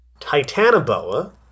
Titanoboa